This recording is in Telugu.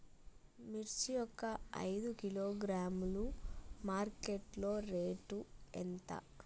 మిర్చి ఒక ఐదు కిలోగ్రాముల మార్కెట్ లో రేటు ఎంత?